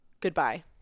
Goodbye